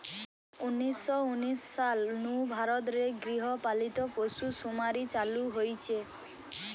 উনিশ শ উনিশ সাল নু ভারত রে গৃহ পালিত পশুসুমারি চালু হইচে